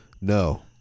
No